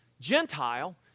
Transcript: Gentile